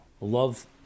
love